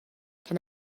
can